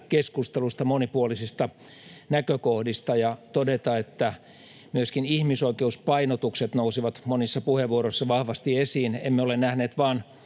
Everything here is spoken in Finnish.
keskustelusta, monipuolisista näkökohdista ja todeta, että myöskin ihmisoikeuspainotukset nousivat monissa puheenvuoroissa vahvasti esiin. Emme ole nähneet vain